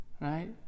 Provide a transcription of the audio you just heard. right